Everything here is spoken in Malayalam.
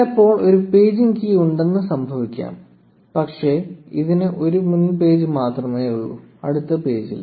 ചിലപ്പോൾ ഒരു പേജിംഗ് കീ ഉണ്ടെന്ന് സംഭവിക്കാം പക്ഷേ ഇതിന് ഒരു മുൻ പേജ് മാത്രമേയുള്ളൂ അടുത്ത പേജില്ല